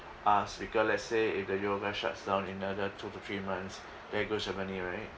us because let's say if the yoga shuts down in another two to three months there goes your money right